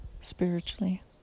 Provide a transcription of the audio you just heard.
spiritually